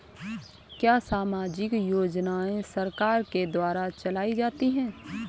क्या सामाजिक योजनाएँ सरकार के द्वारा चलाई जाती हैं?